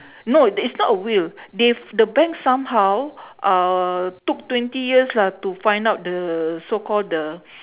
no it's not a will they f~ the bank somehow uh took twenty years lah to find out the so-called the